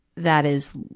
that is,